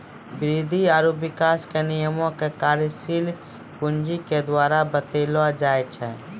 वृद्धि आरु विकास के नियमो के कार्यशील पूंजी के द्वारा बतैलो जाय छै